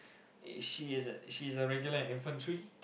she's she is a regular in infantry